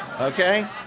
Okay